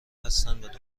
هستند